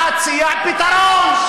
אפשר להציע פתרון.